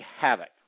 havoc